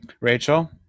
Rachel